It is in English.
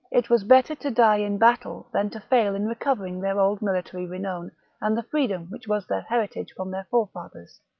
it was better to die in battle than to fail in recovering their old military renown and the freedom which was their heritage from their forefathers.